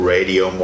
Radio